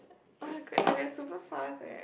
oh-my-god we are like super fast leh